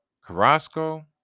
Carrasco